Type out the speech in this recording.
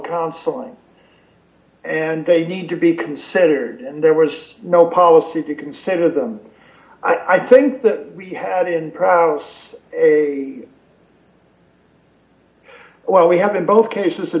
counsel and they need to be considered and there was no policy to consider them i think that we had in proust's what we have in both cases the